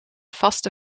vaste